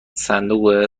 صندوق